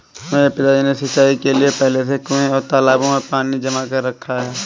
मेरे पिताजी ने सिंचाई के लिए पहले से कुंए और तालाबों में पानी जमा कर रखा है